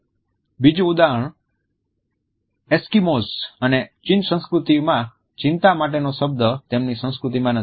બીજું ઉદાહરણ એસ્કિમોઝ અને ચીન સંસ્કૃતિમાં ચિંતા માટે નો શબ્દ તેમની સંસ્કૃતિમાં નથી